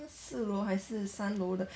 四楼还是三楼的